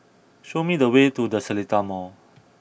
show me the way to The Seletar Mall